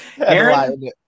Aaron